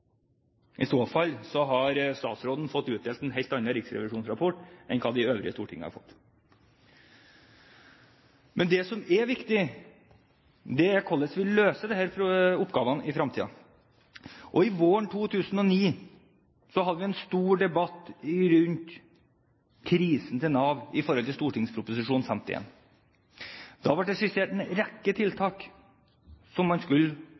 I så fall har statsråden fått utdelt en helt annen riksrevisjonsrapport enn den vi på Stortinget har fått. Men det som er viktig, er hvordan vi løser disse oppgavene i fremtiden. Våren 2009 hadde vi en stor debatt rundt krisen i Nav i forbindelse med St.prp. nr. 51 for 2008–2009. Da ble det skissert en rekke tiltak som man skulle